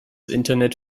internet